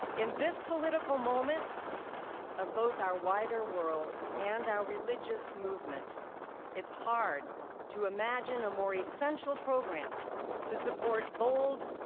in this political moment of both our wider world and our religious movement it's hard to imagine a more essential program to support bold,